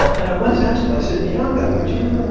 and i went to ask him. i said, nyaga, would you,